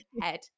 head